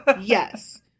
Yes